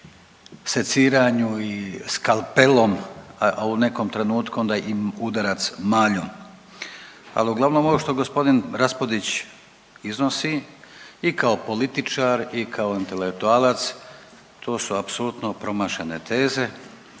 seciranju skalpelom, a u nekom trenutku onda i udarac maljom. Ali uglavnom ovo što g. Raspudić iznosi i kao političar i kao intelektualac to su apsolutno promašene teze,